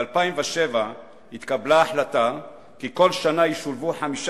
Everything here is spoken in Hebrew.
ב-2007 התקבלה החלטה כי כל שנה ישולבו 15